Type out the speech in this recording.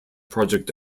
project